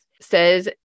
says